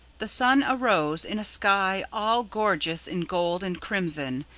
the sun arose in a sky all gorgeous in gold and crimson,